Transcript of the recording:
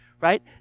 right